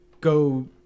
go